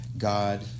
God